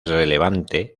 relevante